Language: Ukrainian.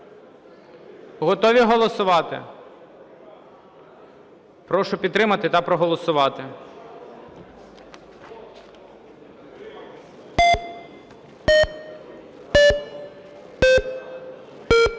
Готові голосувати? Прошу підтримати та проголосувати. 10:42:21